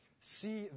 See